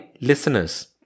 listeners